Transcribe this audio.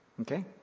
Okay